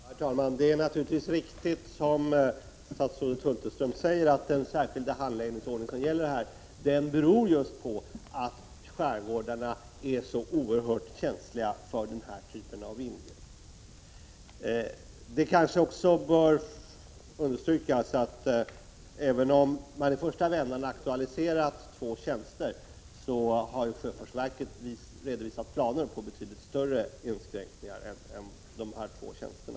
Herr talman! Det är naturligtvis riktigt som statsrådet Hulterström säger att den särskilda handläggningsordningen beror på att skärgårdarna är så känsliga för den här typen av ingrepp. Det kanske också bör understrykas att även om sjöfartsverket nu i första vändan aktualiserat två tjänster, har sjöfartsverket redovisat planer på betydligt större inskränkningar än dessa två tjänster.